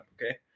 okay